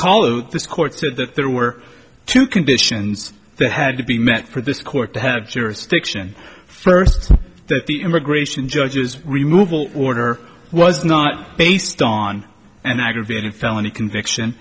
s court said that there were two conditions that had to be met for this court to have jurisdiction first that the immigration judges removal order was not based on an aggravated felony conviction